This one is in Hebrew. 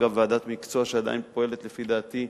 אגב, ועדת מקצוע שעדיין פועלת, לפי דעתי,